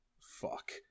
fuck